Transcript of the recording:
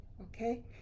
okay